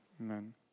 Amen